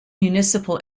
municipal